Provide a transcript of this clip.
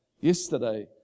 yesterday